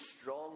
strong